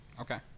Okay